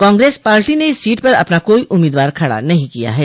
Congress party ने इस seat पर अपना कोई उम्मीदवार खड़ा नहीं किया है